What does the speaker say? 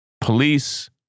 police